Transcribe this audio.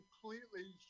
completely